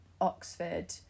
Oxford